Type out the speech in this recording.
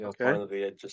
Okay